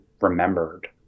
remembered